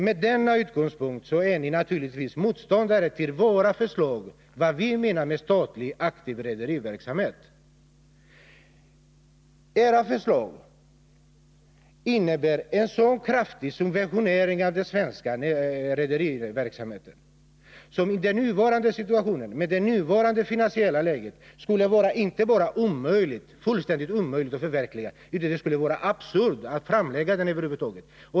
Med denna utgångspunkt är ni naturligtvis motståndare till våra förslag och till vad vi menar med statlig aktiv rederiverksamhet. Era förslag innebär en så kraftig subventionering av den svenska rederiverksamheten, att det i det nuvarande finansiella läget skulle vara inte bara fullständigt omöjligt att förverkliga förslagen utan absurt att framlägga dem över huvud taget.